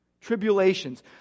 Tribulations